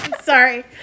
Sorry